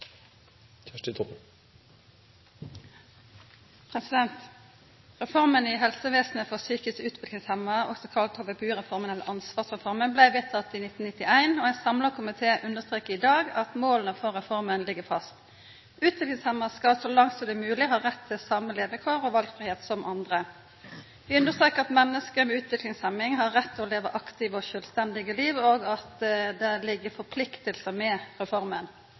Reforma i helsevesenet for psykisk utviklingshemma, også kalla HVPU-reforma eller ansvarsreforma, blei vedteken i 1991, og ein samla komité understrekar i dag at måla for reforma ligg fast. Utviklingshemma skal så langt det er mogleg, ha rett til same levekår og valfridom som andre. Vi understrekar at menneske med utviklingshemming har rett til å leva aktive og sjølvstendige liv, og at det ligg forpliktingar i reforma.